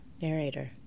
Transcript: narrator